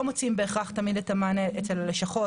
מוצאים בהכרח תמיד את המענה אצל לשכות,